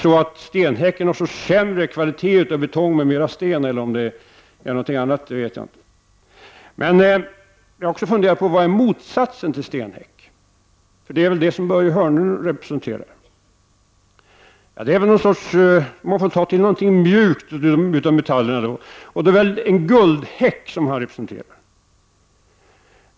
Har stenhäcken sämre kvalitet med mera sten än betong i? Vad är då motsatsen till stenhäck? Det är väl det som Börje Hörnlund representerar. Kan det — för att ta till någon av de mjuka metallerna — vara en guldhäck som han representerar?